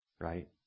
right